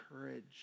courage